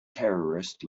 terrorist